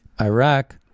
Iraq